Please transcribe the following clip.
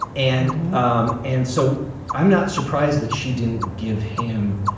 and um and so i'm not surprised that she didn't give him,